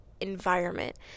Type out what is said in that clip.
environment